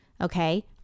okay